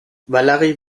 valerie